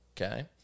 okay